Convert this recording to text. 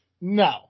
no